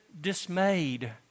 dismayed